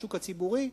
מהשוק הציבורי.